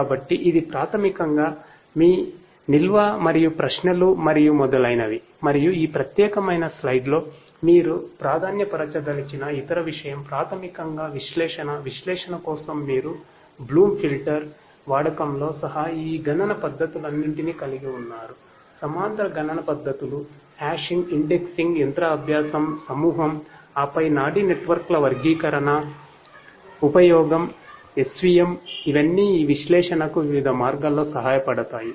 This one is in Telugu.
కాబట్టి ఇది ప్రాథమికంగా మీ నిల్వ మరియు ప్రశ్నలు మరియు మొదలైనవి మరియు ఈ ప్రత్యేకమైన స్లయిడ్లో మీరు ప్రాధాన్యపరచ దలిచిన ఇతర విషయం ప్రాథమికంగా విశ్లేషణ విశ్లేషణ కోసం మీరు బ్లూమ్ ఫిల్టర్ల యొక్క విశ్లేషణతో మొదలవుతుంది